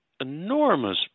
enormous